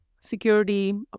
security